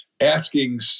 asking